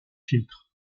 filtre